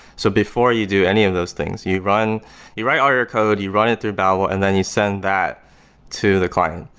so before you do any of those things, you run you write all your code, you run it through babel and then you send that to the client.